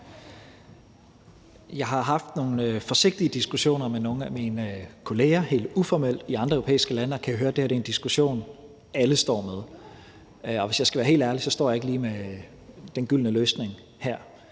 uformelt haft nogle forsigtige diskussioner med nogle af mine kolleger i andre europæiske lande, og jeg kan høre, at det her er et problem, alle står med. Og hvis jeg skal være helt ærlig, står jeg ikke lige med den gyldne løsning her.